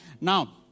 Now